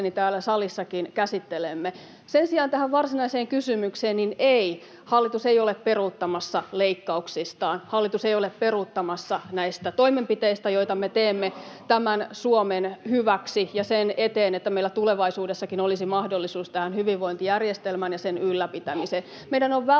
täällä salissakin käsittelemme. Sen sijaan tähän varsinaiseen kysymykseen. Ei, hallitus ei ole peruuttamassa leikkauksiaan, hallitus ei ole peruuttamassa näitä toimenpiteitä, [Antti Kurvinen: Puhuttiin velasta!] joita me teemme Suomen hyväksi ja sen eteen, että meillä tulevaisuudessakin olisi mahdollisuus tähän hyvinvointijärjestelmään ja sen ylläpitämiseen. Meidän on välttämättä